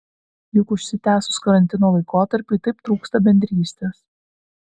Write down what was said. juk užsitęsus karantino laikotarpiui taip trūksta bendrystės